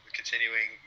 continuing